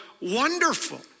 wonderful